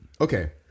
Okay